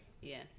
yes